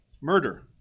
murder